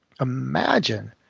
imagine